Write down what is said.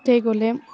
তাতেই গ'লে